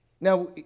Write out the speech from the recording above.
Now